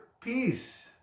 peace